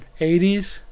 80s